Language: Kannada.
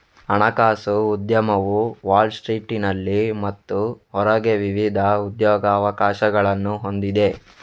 ಹಣಕಾಸು ಉದ್ಯಮವು ವಾಲ್ ಸ್ಟ್ರೀಟಿನಲ್ಲಿ ಮತ್ತು ಹೊರಗೆ ವಿವಿಧ ಉದ್ಯೋಗಾವಕಾಶಗಳನ್ನು ಹೊಂದಿದೆ